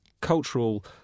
cultural